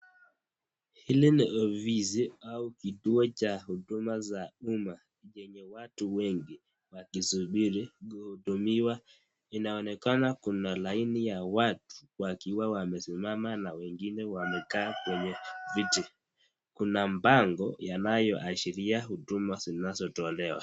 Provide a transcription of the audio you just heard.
Hili ni ofisi ama kituo cha huduma za umma zenye watu wengi wakisubiri kuhudumiwa. Inaonekana kuna laini ya watu wakiwa wamesimama na wengine wamekaa kwa viti. Kuna bango yanayo ashiria huduma zinazotolewa.